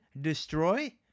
destroy